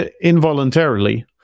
involuntarily